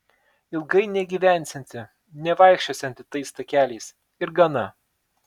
ilgai negyvensianti nevaikščiosianti tais takeliais ir gana